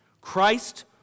Christ